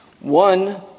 One